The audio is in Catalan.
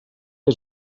que